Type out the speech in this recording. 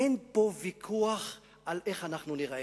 אין פה ויכוח על איך אנחנו ניראה,